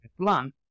plan